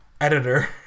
editor